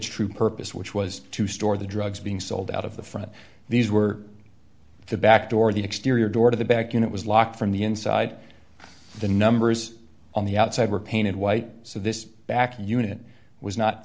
true purpose which was to store the drugs being sold out of the front these were the back door the exterior door to the back and it was locked from the inside the numbers on the outside were painted white so this back unit was not